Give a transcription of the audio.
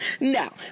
No